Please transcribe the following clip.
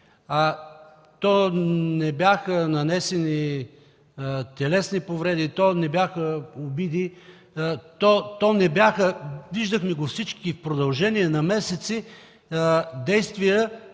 То не бяха нанесени телесни повреди, не бяха обиди, не бяха – виждахме го всички, в продължение на месеци действия,